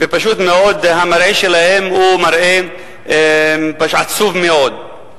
ופשוט מאוד המראה שלהם הוא מראה עצוב מאוד.